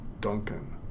Duncan